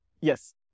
Yes